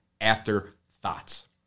afterthoughts